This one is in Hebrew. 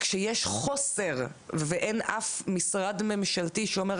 כאשר יש חוסר ואין אף משרד ממשלתי שאומר,